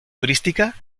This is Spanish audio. turística